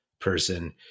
person